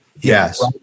Yes